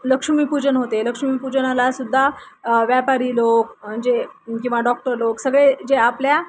लक्ष्मीपूजन होते लक्ष्मी पूजनालासुद्धा व्यापारी लोक म्हणजे किंवा डॉक्टर लोक सगळे जे आपल्या